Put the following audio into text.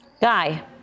Guy